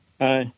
Hi